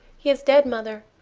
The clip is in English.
he is dead, mother,